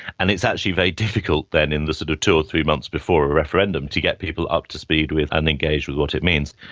and it's actually very difficult then in the sort of two or three months before a referendum to get people up to speed with and engaged with what it means.